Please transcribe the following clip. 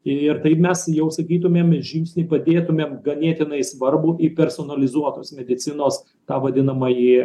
ir taip mes jau sakytumėm žingsnį padėtumėm ganėtinai svarbų į personalizuotos medicinos tą vadinamąjį